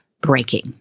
breaking